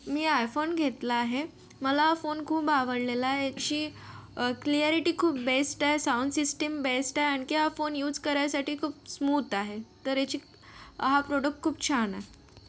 मी iPhone घेतला आहे मला फोन खूप आवडलेला आहे त्याची क्लियारीटी खूप बेस्ट आहे साऊंड सिस्टिम बेस्ट आहे आणखी हा फोन युज करायसाठी खूप स्मूथ आहे तर याची हा प्रॉडक्ट खूप छान आहे